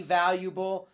valuable